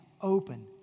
open